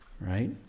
Right